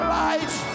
life